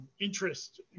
interest